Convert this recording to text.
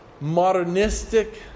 modernistic